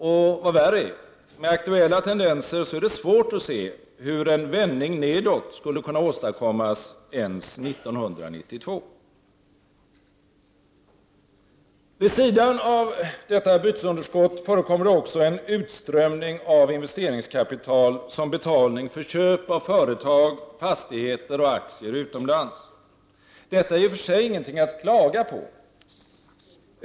Och vad värre är, med aktuella tendenser är det svårt att se hur en vändning nedåt skulle kunna åstadkommas ens 1992. Vid sidan av detta bytesunderskott förekommer det också en utströmning av investeringskapital som betalning för köp av företag, fastigheter och aktier utomlands. Detta är i och för sig inget att klaga på.